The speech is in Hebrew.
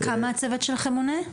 כמה הצוות שלכם מונה?